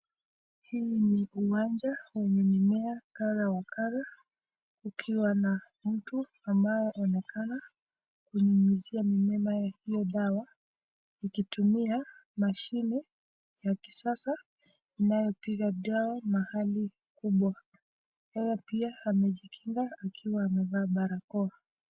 Hii ni uwanja wenye mimea kadha wa kadha, ukiwa na mtu anayeonekana kunyunyizia mimea hiyo dawa ikitumia mashine ya kisasa inayopiga dawa mahali kubwa, yeye pia amejikinga akiwa amevaa barakoa.